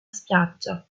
spiaggia